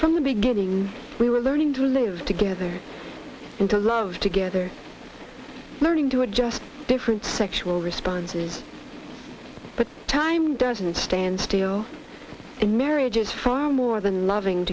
from the beginning we were learning to live together and to love together learning to adjust different sexual responses but time doesn't stand still and marriage is far more than loving